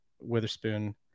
Witherspoon